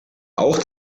auch